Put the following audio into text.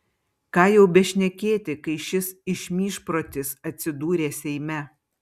ką jau bešnekėti kai šis išmyžprotis atsidūrė seime